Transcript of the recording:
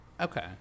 Okay